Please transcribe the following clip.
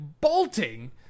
bolting